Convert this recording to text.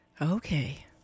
Okay